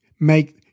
Make